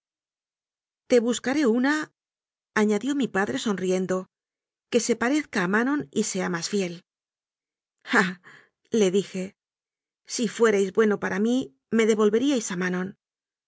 te buscaré unaañadió mi padre sonriendoque se parezca a manon y sea más fiel ah le dije si fuerais bueno para mí me devolveríais a